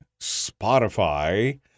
Spotify